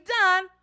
done